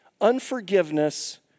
unforgiveness